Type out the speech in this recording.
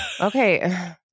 Okay